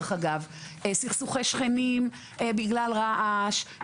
סכסוכי שכנים בגלל רעש,